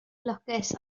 lwcus